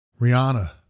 Rihanna